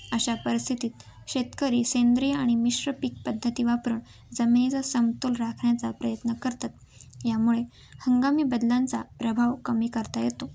अशा परिस्थितीत शेतकरी सेंद्रिय आणि मिश्र पीक पद्धती वापरून जमिनीचा समतोल राखण्याचा प्रयत्न करतात यामुळे हंगामी बदलांचा प्रभाव कमी करता येतो